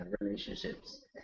relationships